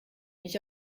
mich